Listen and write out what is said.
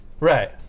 Right